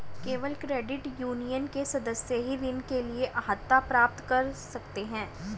केवल credit union के सदस्य ही ऋण के लिए अर्हता प्राप्त कर सकते हैं